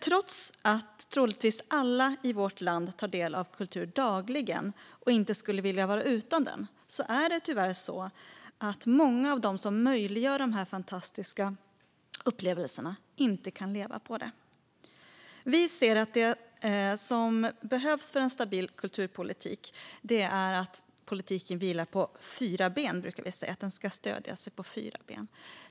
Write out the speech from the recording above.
Trots att troligtvis alla i vårt land tar del av kultur dagligen och inte skulle vilja vara utan den är det tyvärr så att många av dem som möjliggör de fantastiska upplevelserna inte kan leva på det. Vi brukar säga att det som behövs för en stabil kulturpolitik är att den ska stödja sig på fyra ben.